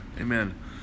Amen